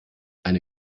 eine